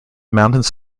mountains